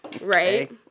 Right